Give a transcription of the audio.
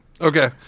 Okay